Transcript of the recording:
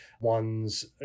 one's